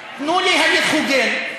תנו לי הליך הוגן.